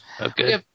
Okay